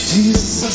Jesus